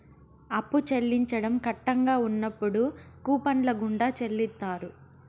అప్పు చెల్లించడం కట్టంగా ఉన్నప్పుడు కూపన్ల గుండా చెల్లిత్తారు